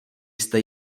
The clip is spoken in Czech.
jste